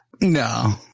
No